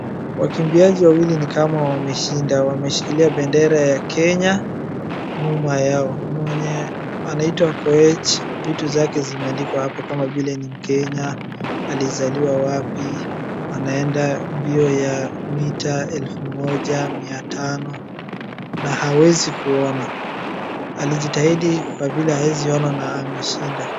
Wakimbiaji wawili ni kama wameshinda, wameshikilia bedera ya Kenya nyuma yao, mwenye anaitwa Koech vitu zake zimeandikwa hapo kama vile ni mkenya, alizaliwa wapi, anaenda mbio ya mita elfu moja mia tano na hawezi kuona. Alijitahidi kwa vile hawezi ona na ameshinda.